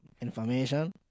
information